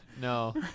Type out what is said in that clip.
No